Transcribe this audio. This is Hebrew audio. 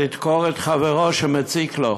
לדקור את חברו שמציק לו.